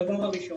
הדבר הראשון.